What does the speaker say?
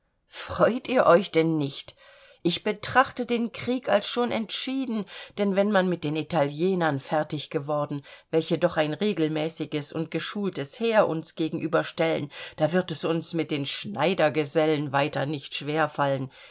freut ihr euch denn nicht ich betrachte den krieg als schon entschieden denn wenn man mit den italienern fertig geworden welche doch ein regelmäßiges und geschultes heer uns gegenüberstellen da wird es uns mit den schneidergesellen weiter nicht schwer fallen